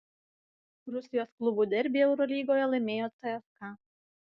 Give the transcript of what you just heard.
rusijos klubų derbį eurolygoje laimėjo cska